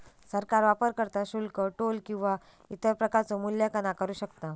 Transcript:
सरकार वापरकर्ता शुल्क, टोल किंवा इतर प्रकारचो मूल्यांकन आकारू शकता